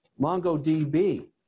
MongoDB